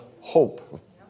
hope